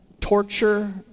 torture